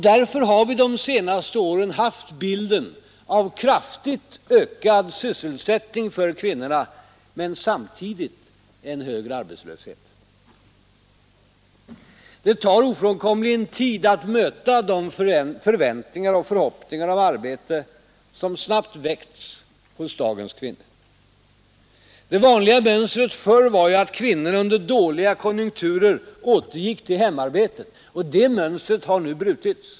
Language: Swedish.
Därför har vi de senaste åren haft bilden av kraftigt ökad sysselsättning för kvinnorna men samtidigt en högre arbetslöshet. Det tar ofrånkomligen tid att möta de förväntningar och förhoppningar om arbete som snabbt väckts hos dagens kvinnor. Det vanliga mönstret förr var att kvinnorna under dåliga konjunkturer återgick till hemarbetet. Det mönstret har nu brutits.